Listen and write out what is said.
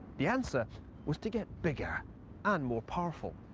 the answer was to get bigger and more powerfui.